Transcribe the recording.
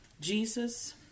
Jesus